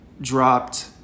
dropped